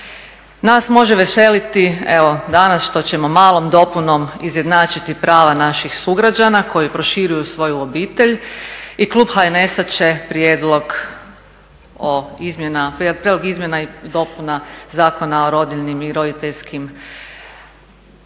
Nas može veseliti evo danas što ćemo malom dopunom izjednačiti prava naših sugrađana koji proširuju svoju obitelj i klub HNS-a će Prijedlog izmjena i dopuna Zakona o rodiljnim i roditeljskim potporama